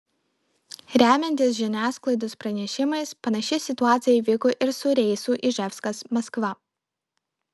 remiantis žiniasklaidos pranešimais panaši situacija įvyko ir su reisu iževskas maskva